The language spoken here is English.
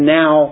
now